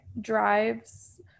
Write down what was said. drives